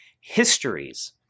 histories